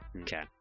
Okay